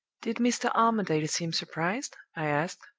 did mr. armadale seem surprised i asked,